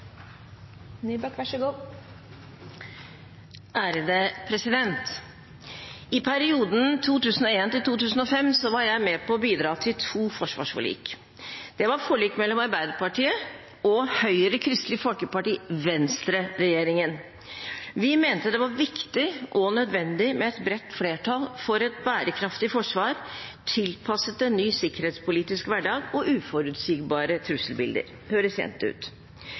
I perioden 2001–2005 var jeg med på å bidra til to forsvarsforlik. Det var forlik mellom Arbeiderpartiet og Høyre-, Kristelig Folkeparti- og Venstre-regjeringen. Vi mente det var viktig og nødvendig med et bredt flertall for et bærekraftig forsvar tilpasset en ny sikkerhetspolitisk hverdag og uforutsigbare trusselbilder. Det høres kjent ut.